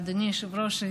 ואדוני היושב-ראש,